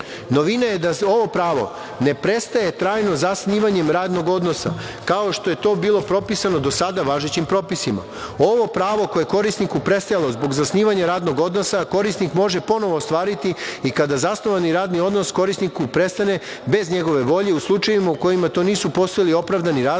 uredbi. Novina je da ovo pravo ne prestaje trajno zasnivanjem radnog odnosa, kao što je to bilo propisano do sada važećim propisima. Ovo pravo koje je korisniku prestajalo zbog zasnivanja radnog odnosa, korisnik može ponovo ostvariti i kada zasnovani radni odnos korisniku prestane bez njegove volje u slučajevima u kojima to nisu postojali opravdani razlozi